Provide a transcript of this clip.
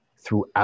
throughout